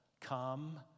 come